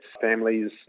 families